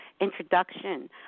introduction